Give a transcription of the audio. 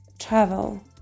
travel